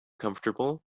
comfortable